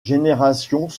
générations